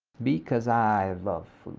because i love